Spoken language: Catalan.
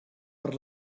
per